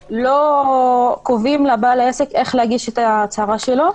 לא קובעים לבעל העסק איך להגיש את ההצהרה שלו.